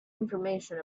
information